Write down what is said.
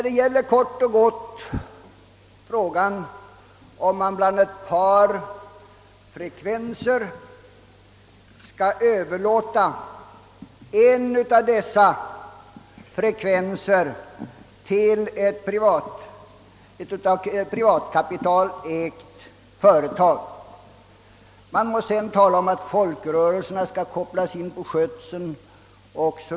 Det gäller här huruvida man skall överlåta en frekvens av de få som finns till ett av privat kapital ägt företag. Man må tala om att folkrörelserna skall kopplas in o.s.